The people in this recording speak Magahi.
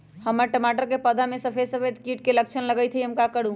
हमर टमाटर के पौधा में सफेद सफेद कीट के लक्षण लगई थई हम का करू?